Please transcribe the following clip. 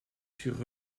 sur